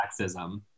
sexism